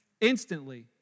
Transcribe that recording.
Instantly